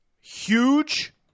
huge